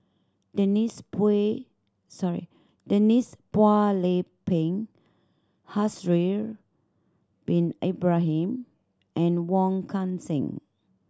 Denise Pay sorry Denise Phua Lay Peng Haslir Bin Ibrahim and Wong Kan Seng